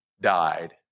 died